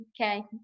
okay